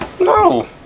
No